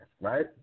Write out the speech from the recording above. right